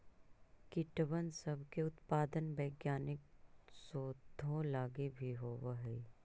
कीटबन सब के उत्पादन वैज्ञानिक शोधों लागी भी होब हई